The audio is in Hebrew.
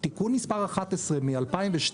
- תיקון מס' 11 מ-2002,